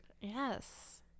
Yes